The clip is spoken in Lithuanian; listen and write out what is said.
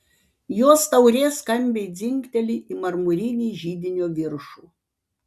jos taurė skambiai dzingteli į marmurinį židinio viršų